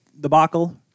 debacle